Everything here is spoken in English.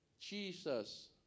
Jesus